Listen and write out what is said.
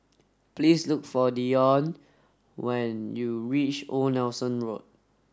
Please look for Deion when you reach Old Nelson Road